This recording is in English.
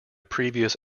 previous